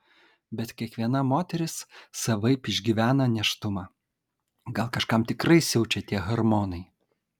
bet kiekviena moteris savaip išgyvena nėštumą gal kažkam tikrai siaučia tie hormonai